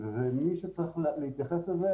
מי שצריך להתייחס לזה,